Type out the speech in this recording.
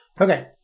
Okay